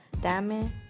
Diamond